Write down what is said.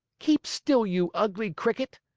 keep still, you ugly cricket!